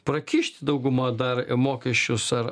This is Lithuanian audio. prakišti dauguma dar mokesčius ar